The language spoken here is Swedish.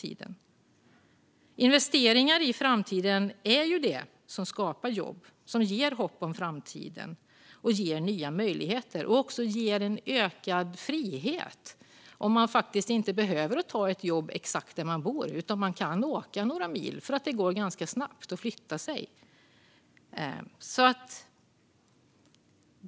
Investeringar i framtiden skapar jobb och ger hopp om framtiden. De ger nya möjligheter och ökad frihet. Man behöver inte ta ett jobb exakt där man bor, utan man kan åka några mil, eftersom det går ganska snabbt att förflytta sig.